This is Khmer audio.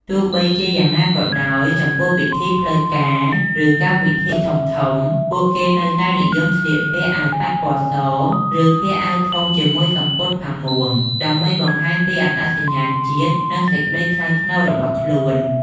ទោះបីជាយ៉ាងណាក៏ដោយ ចំពោះពិធីផ្លូវការ ឬកម្មវិធីធំៗ ពួកគេនៅតែនិយមស្លៀកពាក់ អាវប៉ាក់ ពណ៌ស ឬពាក់អាវធំជាមួយ សំពត់ផាមួង ដើម្បីបង្ហាញពីអត្តសញ្ញាណជាតិ និងសេចក្ដីថ្លៃថ្នូររបស់ខ្លួន។